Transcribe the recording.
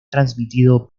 transmitido